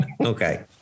okay